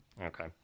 Okay